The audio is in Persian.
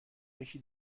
یکی